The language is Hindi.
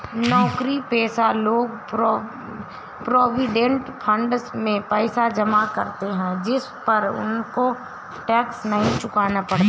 नौकरीपेशा लोग प्रोविडेंड फंड में पैसा जमा करते है जिस पर उनको टैक्स नहीं चुकाना पड़ता